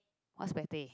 what's pate